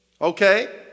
Okay